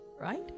right